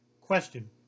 Question